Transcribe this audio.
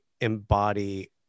embody